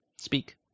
Speak